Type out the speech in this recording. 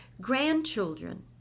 grandchildren